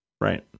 Right